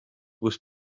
with